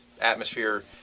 atmosphere